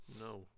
No